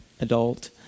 adult